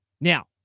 Now